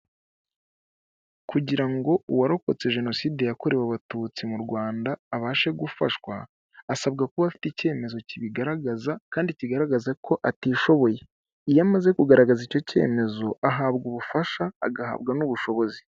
Kugira ngo uwarokotse jenoside yakorewe abatutsi mu rwanda abashe gufashwa, asabwa kuba afite icyemezo kibigaragaza kandi kigaragaza ko atishoboye, iyo amaze kugaragaza icyo cyemezo ahabwa ubufasha agahabwa n'ubushobozi.